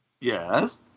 Yes